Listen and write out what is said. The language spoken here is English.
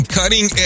cutting